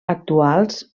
actuals